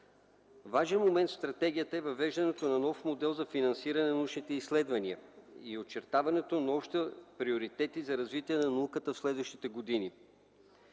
Важен момент в стратегията е въвеждането на нов модел за финансиране на научните изследвания и очертаването на общи приоритети за развитие на науката в следващите години.